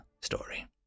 story